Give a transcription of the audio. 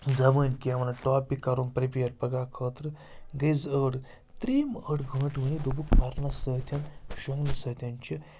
زَبٲنۍ کیٚنٛہہ وَنُن ٹاپِک کَرُن پرٮ۪پیر پَگاہ خٲطرٕ گٔے زٕ أڑۍ ترٛیٚیِم ٲٹھ گٲنٛٹہٕ وٕنہِ دوٚپُکھ پَرنَس سۭتٮ۪ن شۄنٛگنہٕ سۭتٮ۪ن چھِ